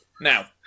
Now